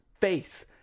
face